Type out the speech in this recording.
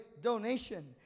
donation